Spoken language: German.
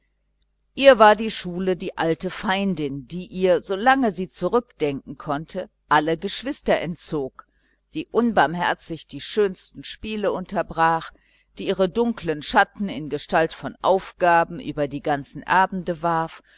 ihr war die schule die alte feindin die ihr solange sie zurückdenken konnte alle geschwister entzog die unbarmherzig die schönsten spiele unterbrach die ihre dunkeln schatten in gestalt von aufgaben über die ganzen abende warf